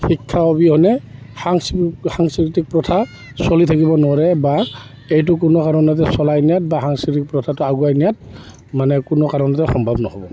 শিক্ষা অবিহনে সাংস্কৃতিক সাংস্কৃতিক প্ৰথা চলি থাকিব নোৱাৰে বা এইটো কোনো কাৰণতে চলাই নিয়াত বা সংস্কৃতিক প্ৰথাটো আগুৱাই নিয়াত মানে কোনো কাৰণতে সম্ভৱ নহ'ব